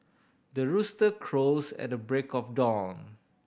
the rooster crows at the break of dawn